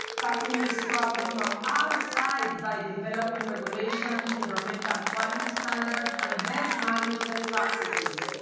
tackling this problem from all sides by developing regulations, environmental quality standards and best management practices.